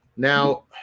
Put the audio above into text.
Now